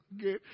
Okay